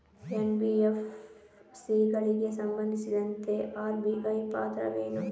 NBFC ಗಳಿಗೆ ಸಂಬಂಧಿಸಿದಂತೆ RBI ಪಾತ್ರವೇನು?